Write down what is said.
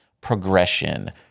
progression